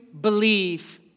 believe